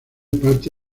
parte